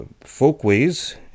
Folkways